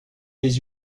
les